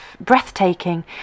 breathtaking